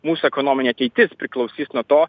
mūsų ekonominė ateitis priklausys nuo to